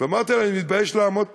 ואמרתי להם: אני מתבייש לעמוד פה,